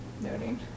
noting